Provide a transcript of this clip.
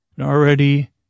Already